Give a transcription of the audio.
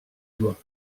dois